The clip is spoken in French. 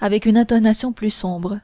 avec une intonation plus sombre